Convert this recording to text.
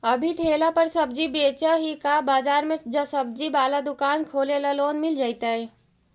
अभी ठेला पर सब्जी बेच ही का बाजार में ज्सबजी बाला दुकान खोले ल लोन मिल जईतै?